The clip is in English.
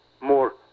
more